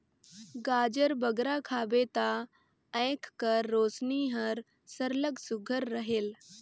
गाजर बगरा खाबे ता आँएख कर रोसनी हर सरलग सुग्घर रहेल